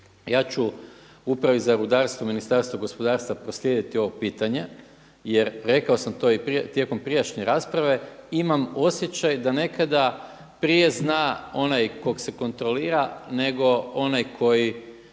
ja ću Upravi za rudarstvo Ministarstva gospodarstva proslijediti ovo pitanje jer rekao sam to i tijekom prijašnje rasprave, imam osjećaj da nekada prije zna onaj kog se kontrolira nego onaj koji